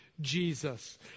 Jesus